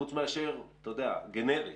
חוץ מאשר גנרית?